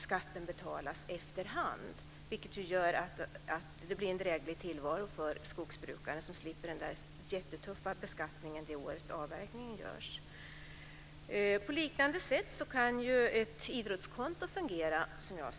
Skatten betalas efterhand, vilket gör att det blir en dräglig tillvaro för skogsbrukaren som slipper den jättetuffa beskattningen det år avverkningen görs. På liknande sätt kan ett idrottskonto fungera.